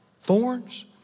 Thorns